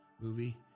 movie